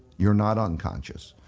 you're not unconscious.